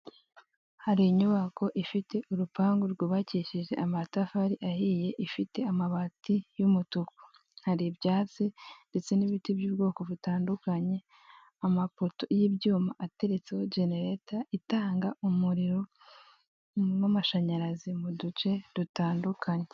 Hari inyubako ifite urupangu rwubakishijwe amatafari ahiye, ifite amabati y'umutuku hari ibyatsi ndetse n'ibiti by'ubwoko butandukanye, amapoto y'ibyuma ateretseho genereta itanga umuriro w'amashinyarazi mu duce dutandukanye.